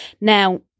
Now